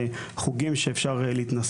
עם משרד הרווחה,